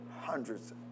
hundreds